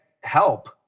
help